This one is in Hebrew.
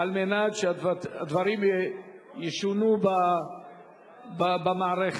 על מנת שהדברים ישונו במערכת.